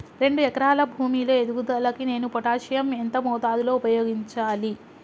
రెండు ఎకరాల భూమి లో ఎదుగుదలకి నేను పొటాషియం ఎంత మోతాదు లో ఉపయోగించాలి?